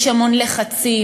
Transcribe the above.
יש המון לחצים,